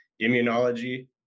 immunology